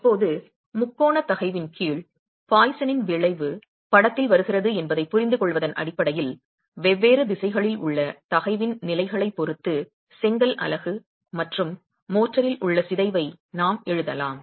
இப்போது முக்கோண தகைவின் கீழ் பாய்சனின் விளைவு படத்தில் வருகிறது என்பதைப் புரிந்துகொள்வதன் அடிப்படையில் வெவ்வேறு திசைகளில் உள்ள தகைவின் நிலைகளைப் பொறுத்து செங்கல் அலகு மற்றும் மோர்டரில் உள்ள சிதைவை நாம் எழுதலாம்